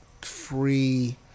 free